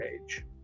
page